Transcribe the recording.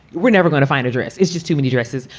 we're never gonna find a dress. it's just too many dresses.